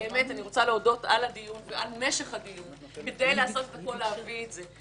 אני רוצה להודות על הדיון ועל משך הדיון כדי לעשות הכול להביא את זה.